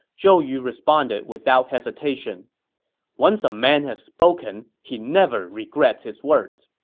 zhou yu responded without hesitation once a man has spoken, he never regrets his words!